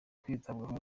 kwitabwaho